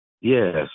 Yes